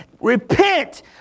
Repent